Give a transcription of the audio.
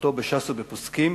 בבקיאותו בש"ס ובפוסקים.